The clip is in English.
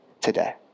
today